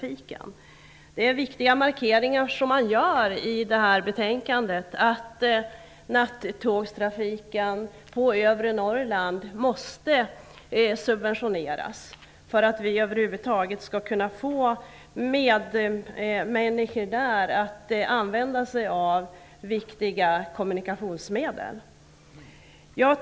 I betänkandet görs viktiga markeringar, t.ex. att nattågstrafiken på övre Norrland måste subventioneras för att vi över huvud taget skall kunna få medmänniskor där att använda sig av viktiga kommunikationsmedel.